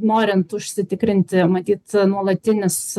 norint užsitikrinti matyt nuolatinis